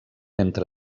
entre